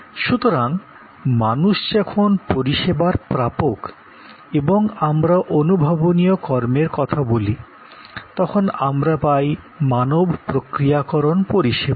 সুতরাং মানুষ যখন পরিষেবার প্রাপক এবং আমরা বাস্তব কর্মের কথা বলি তখন আমরা পাই মানব প্রক্রিয়াকরন পরিষেবা